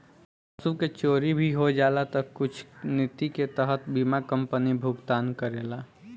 पशु के चोरी भी हो जाला तऽ कुछ निति के तहत बीमा कंपनी भुगतान करेला